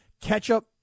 ketchup